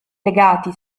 legati